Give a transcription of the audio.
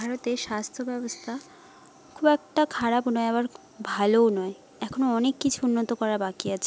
ভারতের স্বাস্থ্য ব্যবস্তা খুব একটা খারাপ নয় আবার ভালোও নয় এখনও অনেক কিছু উন্নত করা বাকি আছে